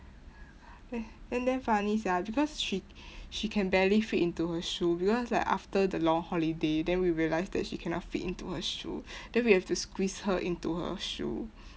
eh then damn funny sia because she she can barely fit into her shoe because like after the long holiday then we realised that she cannot fit into her shoe then we have to squeeze her into her shoe